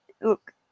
look